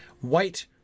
White